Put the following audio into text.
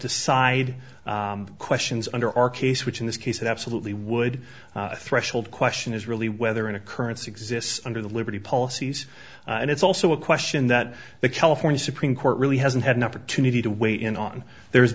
decide questions under our case which in this case it absolutely would threshold question is really whether an occurrence exists under the liberty policies and it's also a question that the california supreme court really hasn't had an opportunity to weigh in on there's